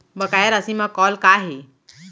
बकाया राशि मा कॉल का हे?